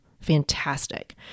Fantastic